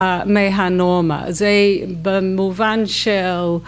מהנורמה. זה במובן של